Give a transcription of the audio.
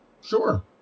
Sure